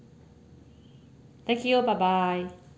thank you bye bye